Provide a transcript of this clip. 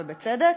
ובצדק,